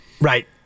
Right